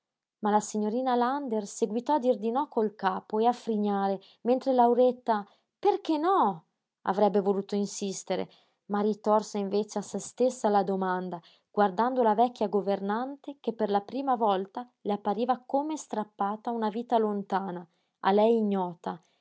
ma la signorina lander seguitò a dir di no col capo e a frignare mentre lauretta perché no avrebbe voluto insistere ma ritorse invece a se stessa la domanda guardando la vecchia governante che per la prima volta le appariva come strappata a una vita lontana a lei ignota